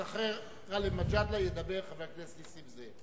אז אחרי גאלב מג'אדלה ידבר חבר הכנסת נסים זאב.